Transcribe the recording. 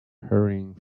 hurrying